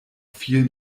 vielen